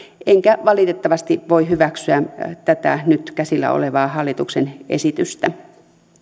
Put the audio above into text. enkä valitettavasti voi hyväksyä tätä nyt käsillä olevaa hallituksen esitystä